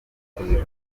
bakoze